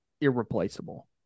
irreplaceable